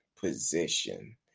position